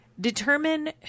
determine